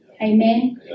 amen